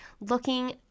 looking